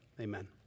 Amen